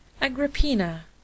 Agrippina